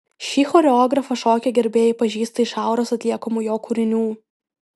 šį choreografą šokio gerbėjai pažįsta iš auros atliekamų jo kūrinių